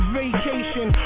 vacation